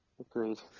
Agreed